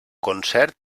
concert